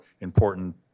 important